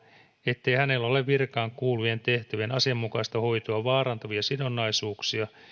ettei hänellä ole virkaan kuuluvien tehtävien asianmukaista hoitoa vaarantavia sidonnaisuuksia ja